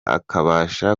akabasha